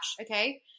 okay